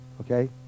okay